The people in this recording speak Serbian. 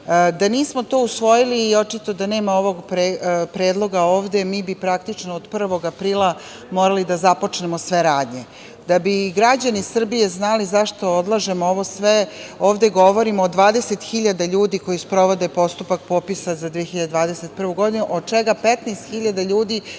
nismo to usvojili, očito da nema ovog predloga ovde, mi bi praktično od 1. aprila morali da započnemo sve radnje. Da bi građani Srbije znali zašto odlažemo ovo sve, ovde govorimo o 20.000 ljudi koji sprovode postupak popisa za 2021. godinu, od čega 15.000 ljudi